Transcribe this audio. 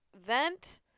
vent